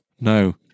No